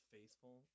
Faithful